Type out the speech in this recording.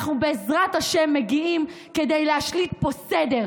אנחנו בעזרת השם מגיעים כדי להשליט פה סדר,